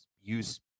use